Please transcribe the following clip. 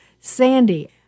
Sandy